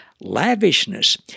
Lavishness